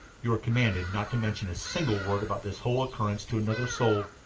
you are commanded not to mention a single word about this whole occurrence to another soul.